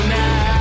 now